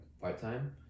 part-time